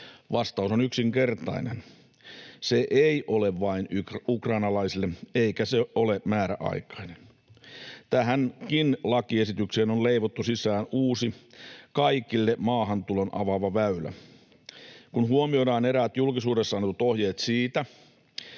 Vastaus on yksinkertainen: se ei ole vain ukrainalaisille, eikä se ole määräaikainen. Tähänkin lakiesitykseen on leivottu sisään uusi, kaikille maahantulon avaava väylä. Kun huomioidaan eräät julkisuudessa annetut ohjeet siitä,